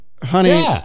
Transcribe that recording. Honey